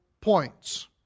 points